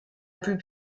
plus